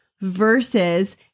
versus